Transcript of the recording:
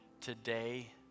today